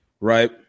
right